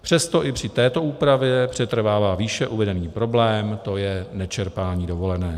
Přesto i při této úpravě přetrvává výše uvedený problém, to je nečerpání dovolené.